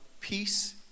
peace